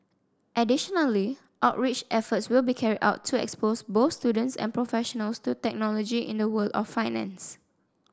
additionally outreach efforts will be carried out to expose both students and professionals to technology in the world of finance